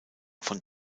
von